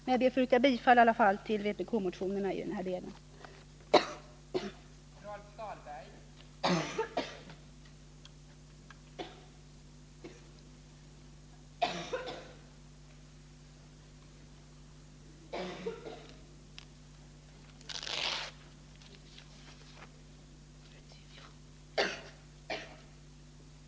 Jag ber dock först att få yrka bifall till vpk-motionerna på de av mig berörda punkterna.